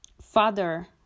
father